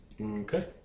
Okay